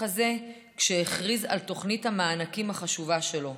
הזה כשהכריז על תוכנית המענקים החשובה שלו.